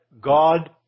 God